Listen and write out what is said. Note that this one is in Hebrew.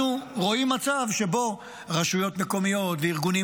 אנחנו רואים מצב שבו רשויות מקומיות וארגונים